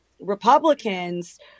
Republicans